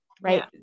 right